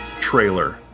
trailer